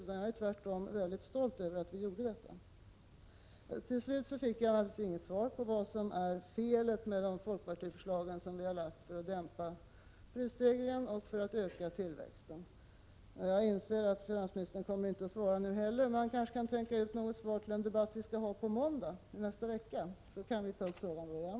Jag är tvärtom mycket stolt över att vi gjorde detta. Jag fick alltså inget svar på frågan vad som är felet med folkpartiets förslag för att dämpa prisstegringen och öka tillväxten. Jag inser att finansministern inte kommer att svara nu heller, men han kanske kan tänka ut något svar till den debatt vi skall ha på måndag i nästa vecka, så kan vi ta upp frågan då igen.